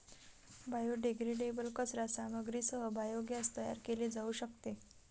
biodegradable कचरा सामग्रीसह biogas तयार केले जाऊ शकते